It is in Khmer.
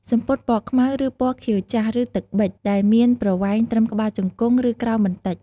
សំពត់ពណ៌ខ្មៅ ឬពណ៌ខៀវចាស់ ឬ ទឹកប៊ិច ដែលមានប្រវែងត្រឹមក្បាលជង្គង់ ឬក្រោមបន្តិច។